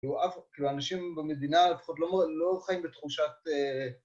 כאילו אף, כאילו אנשים במדינה, לפחות לא חיים בתחושת...